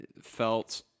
felt